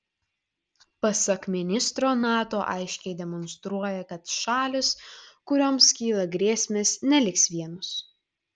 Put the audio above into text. pasak ministro nato aiškiai demonstruoja kad šalys kurioms kyla grėsmės neliks vienos